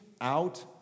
out